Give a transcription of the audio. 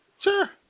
Sure